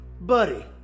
Buddy